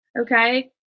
okay